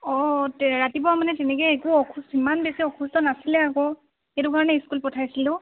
অ তে ৰাতিপুৱা মানে তেনেকৈ একো অসু ইমান বেছি অসুস্থ নাছিলে আকৌ সেইটো কাৰণে স্কুল পঠাইছিলোঁ